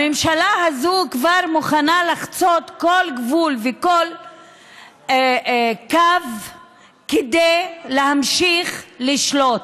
הממשלה הזו כבר מוכנה לחצות כל גבול וכל קו כדי להמשיך לשלוט,